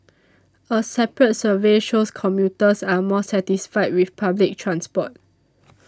a separate survey shows commuters are more satisfied with public transport